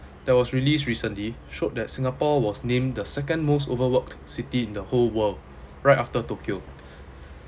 that was released recently showed that singapore was named the second most overlooked city in the whole world right after tokyo